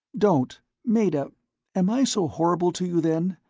don't meta, am i so horrible to you then?